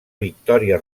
victòria